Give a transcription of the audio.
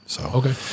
okay